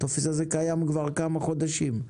הטופס הזה קיים כבר כמה חודשים.